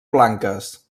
blanques